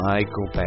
Michael